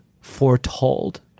foretold